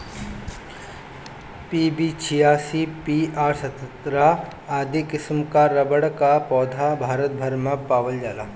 PB छियासी, PR सत्रह आदि किसिम कअ रबड़ कअ पौधा भारत भर में पावल जाला